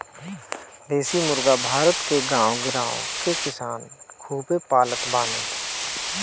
देशी मुर्गी भारत के गांव गिरांव के किसान खूबे पालत बाने